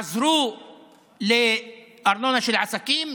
עזרו לארנונה של עסקים,